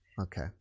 Okay